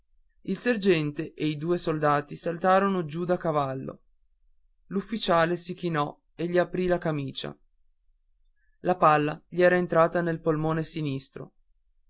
il sergente e due soldati saltaron giù da cavallo l'ufficiale si chinò e gli aprì la camicia la palla gli era entrata nel polmone sinistro